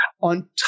On